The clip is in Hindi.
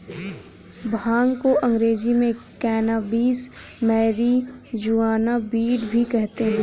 भांग को अंग्रेज़ी में कैनाबीस, मैरिजुआना, वीड भी कहते हैं